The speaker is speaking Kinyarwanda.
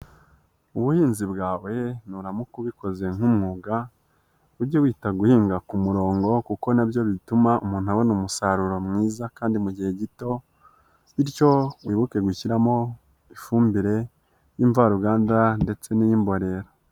Ubuhinzi bwawe nuramuka ubikoze nk'umwuga, ujye wita guhinga ku murongo kuko nibyo bituma umuntu abona umusaruro mwiza kandi mu gihe gito, bityo wibuke gushyiramo ifumbire y'imvaruganda ndetse n'iy'imborera.